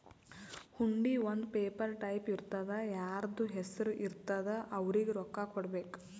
ಹುಂಡಿ ಒಂದ್ paper type ಇರ್ತುದಾ ಯಾರ್ದು ಹೆಸರು ಇರ್ತುದ್ ಅವ್ರಿಗ ರೊಕ್ಕಾ ಕೊಡ್ಬೇಕ್